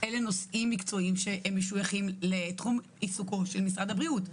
אלה נושאים מקצועיים שהם משויכים לתחום עיסוקו של משרד הבריאות,